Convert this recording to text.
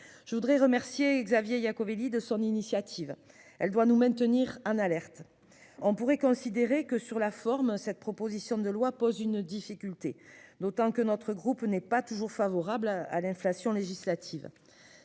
Je voudrais remercier Xavier Iacovelli de son initiative. Elle doit nous maintenir un alerte. On pourrait considérer que sur la forme, cette proposition de loi pose une difficulté d'autant que notre groupe n'est pas toujours favorable à l'inflation législative.